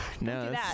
no